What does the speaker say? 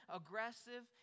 aggressive